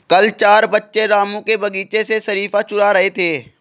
कल चार बच्चे रामू के बगीचे से शरीफा चूरा रहे थे